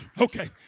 okay